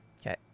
Okay